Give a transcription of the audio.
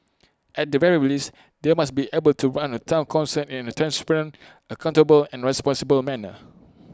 at the very least they must be able to run A Town Council in A transparent accountable and responsible manner